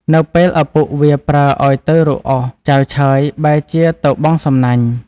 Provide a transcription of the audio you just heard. នៅពេលឪពុកវាប្រើឱ្យទៅរកឪសចៅឆើយបែរជាទៅបង់សំណាញ់ ។